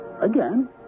again